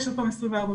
יש עוד פעם 24 מקומות.